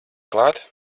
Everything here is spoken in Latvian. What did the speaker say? klāt